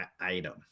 item